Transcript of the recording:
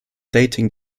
dating